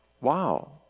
wow